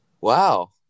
wow